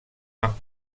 van